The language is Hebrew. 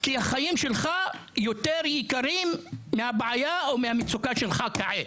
כי החיים שלך יותר יקרים מהבעיה ומהמצוקה שיש לך כעת.